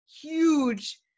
huge